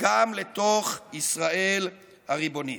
גם לתוך ישראל הריבונית.